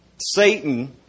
Satan